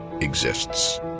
exists